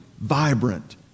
vibrant